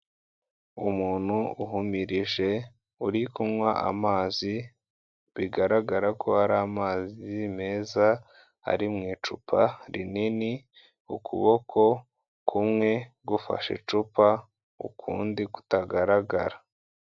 Umuntu uhumirije, uri kunywa amazi, bigaragara ko ari amazi meza ari mu icupa rinini ukuboko kumwe gufashe icupa ukundi kutagaragara.